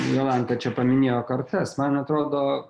jolanta čia paminėjo kartas man atrodo